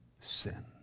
sin